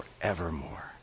forevermore